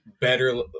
better